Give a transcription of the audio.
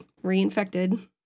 reinfected